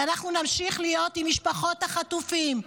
ואנחנו נמשיך להיות עם משפחות החטופים,